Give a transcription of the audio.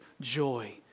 joy